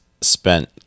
spent